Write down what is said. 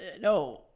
No